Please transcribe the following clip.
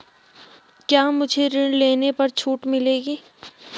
क्या मुझे ऋण लेने पर छूट मिलेगी?